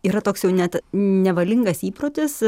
yra toks jau net nevalingas įprotis